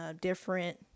different